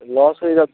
loss হয়ে যাচ্ছে